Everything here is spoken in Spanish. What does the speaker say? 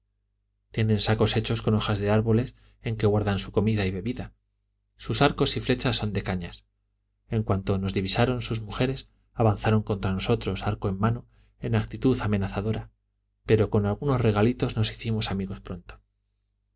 tienen sacos hechos con hojas de árboles en los que guardan su comida y bebida sus arcos y flechas son de cañas en cuanto nos divisaron sus mujeres avanzaron contra nosotros arco en mano en actitud amenazadora pero con algunos regalitos nos hicimos amigos pronto